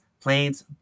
planes